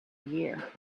year